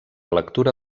lectura